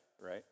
right